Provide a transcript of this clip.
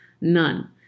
None